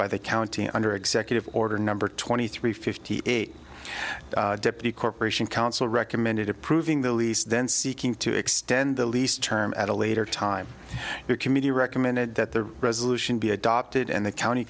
by the county under executive order number twenty three fifty eight deputy corporation counsel recommended approving the lease then seeking to extend the lease term at a later time your committee recommended that the resolution be adopted and the county